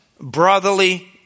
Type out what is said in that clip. brotherly